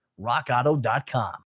Rockauto.com